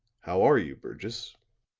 how are you, burgess?